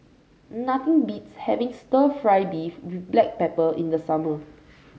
nothing beats having stir fry beef with Black Pepper in the summer